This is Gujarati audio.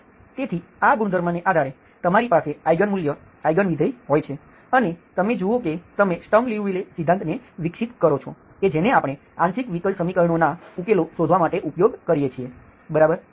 તેથી આ ગુણધર્મને આધારે તમારી પાસે આઈગન મૂલ્ય આઈગન વિધેય હોય છે અને તમે જુઓ કે તમે સ્ટર્મ લુઉવિલે સિદ્ધાંતને વિકસિત કરો છો કે જેને આપણે આંશિક વિકલ સમીકરણોનાં ઉકેલો શોધવા માટે ઉપયોગ કરીએ છીએ બરાબર